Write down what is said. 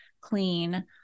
clean